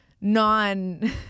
non